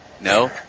No